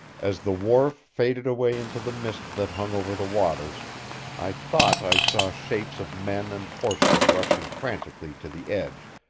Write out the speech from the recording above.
as the wharf faded away into the mist that hung over the waters i thought i saw shapes of men and horses rushing frantically to the edge,